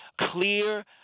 clear